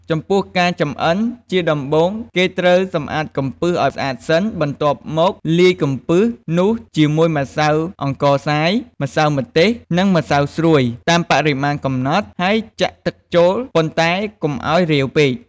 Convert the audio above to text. ចំពោះការចម្អិន ជាដំបូង គេត្រូវសម្អាតកំពឹសឱ្យស្អាតសិន បន្ទាប់មកលាយកំពឹសនោះជាមួយម្សៅអង្ករខ្សាយ ម្សៅម្ទេស និងម្សៅស្រួយតាមបរិមាណកំណត់ ហើយចាក់ទឹកចូល ប៉ុន្តែកុំឱ្យរាវពេក។